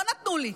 לא נתנו לי.